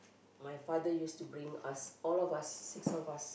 my father used to bring us all of us six of us